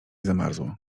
zamarzło